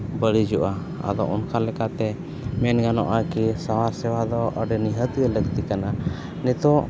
ᱵᱟᱹᱲᱤᱡᱚᱜᱼᱟ ᱟᱫᱚ ᱚᱱᱠᱟ ᱞᱮᱠᱟᱛᱮ ᱢᱮᱱ ᱜᱟᱱᱚᱜᱼᱟ ᱠᱤ ᱥᱟᱶᱟᱨ ᱥᱮᱵᱟ ᱫᱚ ᱟᱹᱰᱤ ᱱᱤᱦᱟᱹᱛ ᱜᱮ ᱞᱟᱹᱠᱛᱤ ᱠᱟᱱᱟ ᱱᱤᱛᱚᱜ